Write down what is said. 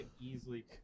easily